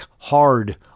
hard